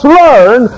learn